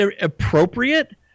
appropriate